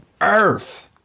earth